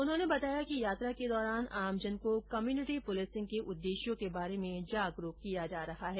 उन्होंने बताया कि यात्रा के दौरान आमजन को कम्यूनिटी पुलिसिंग के उद्देश्यों के बारे में जागरूक किया जायेगा